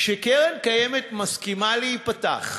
כשקרן קיימת מסכימה להיפתח,